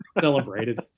celebrated